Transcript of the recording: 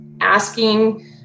asking